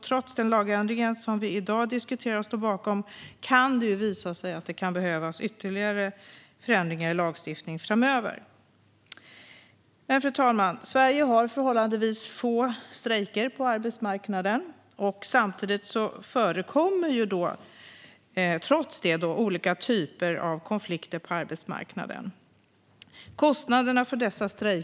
Trots den lagändring som i dag diskuteras och som vi står bakom kan det visa sig behövas ytterligare förändringar i lagstiftningen framöver. Fru talman! Sverige har förhållandevis få strejker. Trots det förekommer det olika typer av konflikter på arbetsmarknaden, och kostnaderna för dessa är stora.